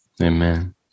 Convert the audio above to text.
Amen